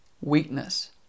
weakness